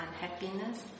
unhappiness